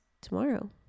tomorrow